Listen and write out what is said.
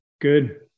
good